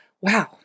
wow